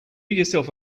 yourself